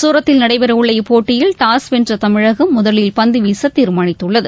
சூரத்தில் நடைபெறவுள்ள இப்போட்டியில் டாஸ் வெள்ற தமிழகம் முதலில் பந்து வீச தீர்மானித்துள்ளது